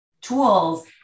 tools